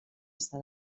està